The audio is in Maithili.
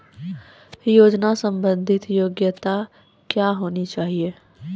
योजना संबंधित योग्यता क्या होनी चाहिए?